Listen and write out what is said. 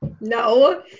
No